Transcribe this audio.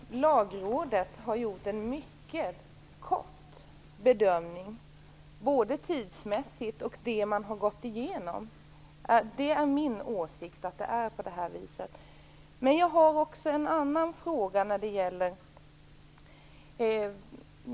Herr talman! Lagrådet har gjort en mycket kortfattad bedömning, både tidsmässigt och beträffande det material man har gått igenom. Det är min åsikt. Jag har också en annan frågeställning.